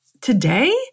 today